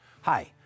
Hi